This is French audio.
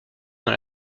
dans